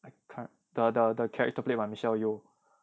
I can't the character played by michelle yeoh